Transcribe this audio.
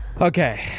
Okay